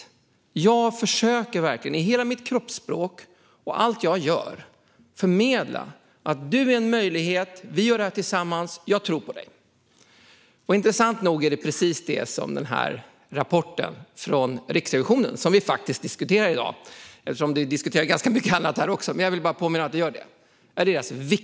Han sa: Jag försöker verkligen i hela mitt kroppsspråk och i allt jag gör förmedla att de personer jag möter är en möjlighet, att vi gör detta tillsammans och att jag tror på dem. Intressant nog är det detta också den viktigaste slutsatsen i den rapport från Riksrevisionen som vi diskuterar i dag. Vi diskuterar ganska mycket annat också, så jag vill gärna påminna om vad debatten i grunden handlar om.